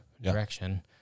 direction